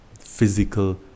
physical